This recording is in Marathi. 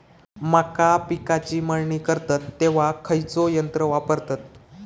मका पिकाची मळणी करतत तेव्हा खैयचो यंत्र वापरतत?